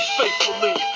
faithfully